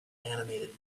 animated